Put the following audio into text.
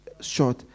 short